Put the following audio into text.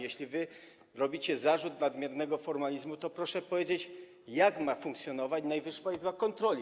Jeśli wy stawiacie zarzut nadmiernego formalizmu, to proszę powiedzieć, jak ma funkcjonować Najwyższa Izba Kontroli.